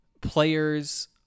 players